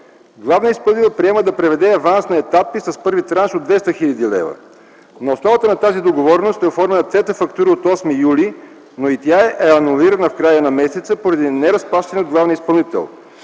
Главният изпълнител приема да преведе аванс на етапи и превежда първия транш от 200 хил. лв. На основата на тази договореност е оформена третата фактура от 8 юли 2009 г., но и тя е анулирана в края на месеца поради неразплащане с главния изпълнител.